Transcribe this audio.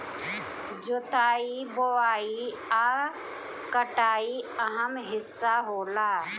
जोताई बोआई आ कटाई अहम् हिस्सा होला